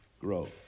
growth